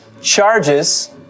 Charges